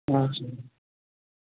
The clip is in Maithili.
कहाँ छियै